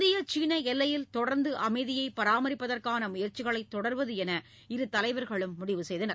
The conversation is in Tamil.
இந்திய சீன எல்லையில் தொடர்ந்து அமைதியைப் பராமரிப்பதற்கான முயற்சிகளை தொடர்வது எனவும் இரு தலைவர்களும் முடிவு செய்தனர்